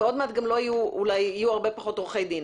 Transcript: ועוד מעט אולי יהיו הרבה פחות עורכי דין.